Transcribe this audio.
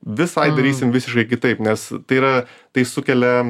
visai darysim visiškai kitaip nes tai yra tai sukelia